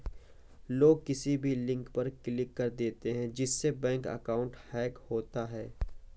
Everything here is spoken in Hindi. लोग किसी भी लिंक पर क्लिक कर देते है जिससे बैंक अकाउंट हैक होता है